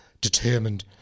determined